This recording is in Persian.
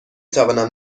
توانم